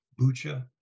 Bucha